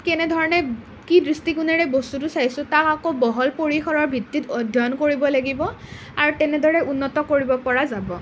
কেনেধৰণে কি দৃষ্টিকোণেৰে বস্তুটো চাইছোঁ তাক আকৌ বহল পৰিসৰৰ ভিত্তিত অধ্যয়ন কৰিব লাগিব আৰু তেনেদৰে উন্নত কৰিব পৰা যাব